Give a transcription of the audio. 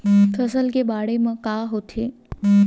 फसल से बाढ़े म का होथे?